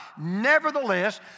Nevertheless